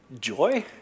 joy